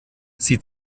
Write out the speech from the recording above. sie